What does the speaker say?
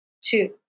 two